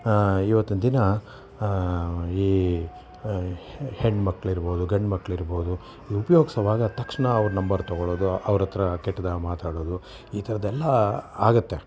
ಇವತ್ತಿನ ದಿನ ಈ ಹೆಣ್ಮಕ್ಳಿರ್ಬೋದು ಗಂಡ್ಮಕ್ಳಿರ್ಬೋದು ಉಪ್ಯೋಗ್ಸೋವಾಗ ತಕ್ಷಣ ಅವರ ನಂಬರ್ ತಗೊಳೋದು ಅವ್ರ ಹತ್ರ ಕೆಟ್ಟದಾಗಿ ಮಾತಾಡೋದು ಈ ಥರದ್ದೆಲ್ಲ ಆಗತ್ತೆ